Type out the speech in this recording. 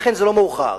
לכן, זה לא מאוחר.